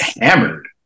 hammered